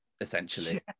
essentially